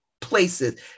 places